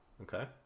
okay